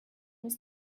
was